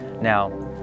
now